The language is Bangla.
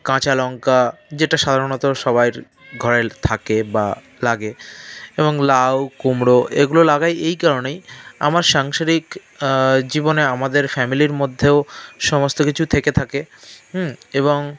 কাঁচা লঙ্কা যেটা সাধারণত সবাইয়ের ঘরে থাকে বা লাগে এবং লাউ কুমড়ো এগুলো লাগাই এই কারণেই আমার সাংসারিক জীবনে আমাদের ফ্যামিলির মধ্যেও সমস্ত কিছু থেকে থাকে এবং